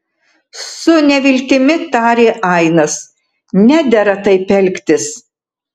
su neviltimi tarė ainas nedera taip elgtis